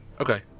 Okay